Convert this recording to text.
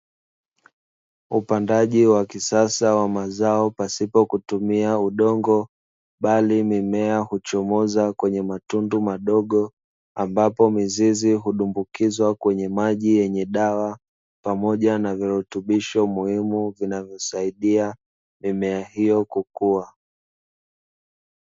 Upandaji wa kisasa wa mazao pasipo kutumia udongo Bali mimea huchomoza kwenye matundu madogo ambapo mizizi hudumbukizwa kwenye maji yenye dawa pamoja na virutubisho muhimu vinavyo saidia mimea hiyo kukua.